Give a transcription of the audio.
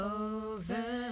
over